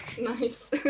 Nice